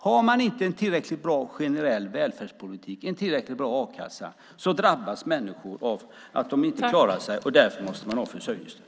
Har man inte en tillräckligt bra generell välfärdspolitik och en tillräckligt bra a-kassa drabbas människor av att de inte klarar sig och därför måste ha försörjningsstöd.